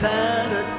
Santa